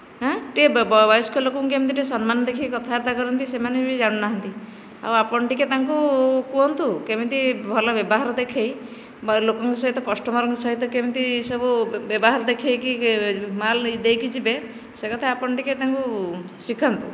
ହଁ ଟିକେ ବୟସ୍କ ଲୋକଙ୍କୁ କେମିତି ଟିକେ ସମ୍ମାନ ଦେଖେଇକି କଥାବାର୍ତ୍ତା କରନ୍ତି ସେମାନେ ବି ଜାଣୁନାହାନ୍ତି ଆଉ ଆପଣ ଟିକେ ତାଙ୍କୁ କୁହନ୍ତୁ କେମିତି ଭଲ ବ୍ୟବହାର ଦେଖେଇ ଲୋକଙ୍କ ସହିତ କଷ୍ଟମରଙ୍କ ସହିତ କେମିତି ସବୁ ବ୍ୟବହାର ଦେଖେଇକି ମାଲ୍ ଦେଇକି ଯିବେ ସେ କଥା ଆପଣ ଟିକେ ତାଙ୍କୁ ଟିକେ ଶିଖାନ୍ତୁ